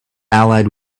allied